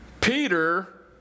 Peter